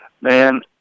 Man